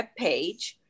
webpage